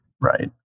right